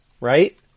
right